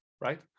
right